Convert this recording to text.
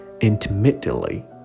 intermittently